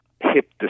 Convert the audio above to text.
hip